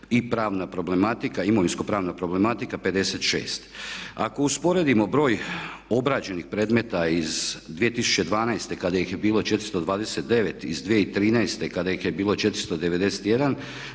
i pravna problematika, imovinsko-pravna problematika 56. Ako usporedimo broj obrađenih predmeta iz 2012. kada ih je bilo 429 iz 2013. kada ih je bilo 491